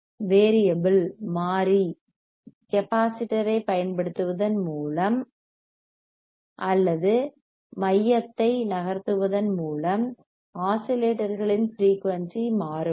variable மாறி capacitor ஐப் பயன்படுத்துவதன் மூலம் அல்லது மையத்தை நகர்த்துவதன் மூலம் ஆஸிலேட்டர்களின் ஃபிரீயூன்சி மாறுபடும்